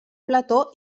plató